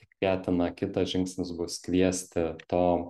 tikėtina kitas žingsnis bus kviesti to